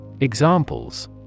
Examples